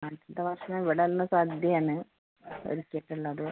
അടുത്ത ഭക്ഷണം ഇവിടുന്ന് സദ്യയാണ് കഴിച്ചിട്ടുള്ളത്